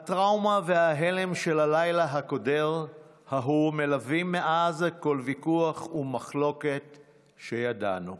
הטראומה וההלם של הלילה הקודר ההוא מלווים מאז כל ויכוח ומחלוקת שידענו.